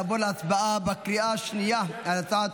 כעת נעבור להצבעה בקריאה השנייה על הצעת